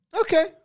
Okay